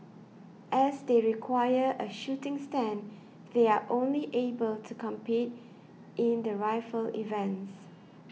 as they require a shooting stand they are only able to compete in the rifle events